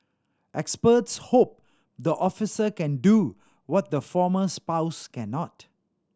experts hope the officer can do what the former spouse cannot